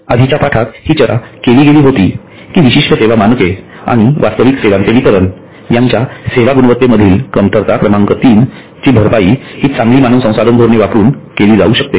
आधीच्या पाठात हि चर्चा केली गेली होती की विशिष्ट सेवा मानके आणि वास्तविक सेवांचे वितरण यांच्या सेवा गुणवत्तेमधील कमतरता क्रमांक 3 ची भरपाई हि चांगली मानव संसाधन धोरणे वापरुन केली जाऊ शकते